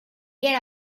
get